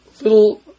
little